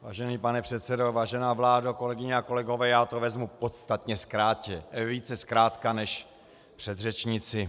Vážený pane předsedo, vážená vládo, kolegyně a kolegové, já to vezmu podstatně více zkrátka než předřečníci.